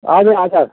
हजुर हजुर